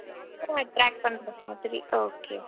கிட்ஸை attract பண்ணுற மாதிரி okay